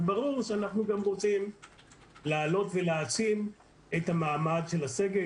ברור שאנחנו גם רוצים להעלות ולהעצים את המעמד של הסגן,